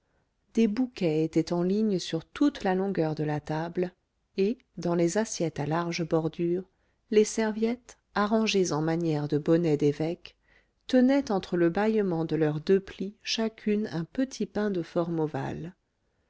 des bouquets étaient en ligne sur toute la longueur de la table et dans les assiettes à large bordure les serviettes arrangées en manière de bonnet d'évêque tenaient entre le bâillement de leurs deux plis chacune un petit pain de forme ovale